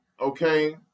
okay